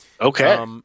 Okay